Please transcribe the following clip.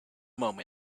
moment